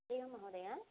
हरिः ओं महोदय